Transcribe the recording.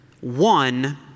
One